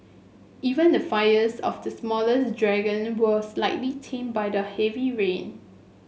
even the fires of the smaller's dragon were slightly tamed by the heavy rain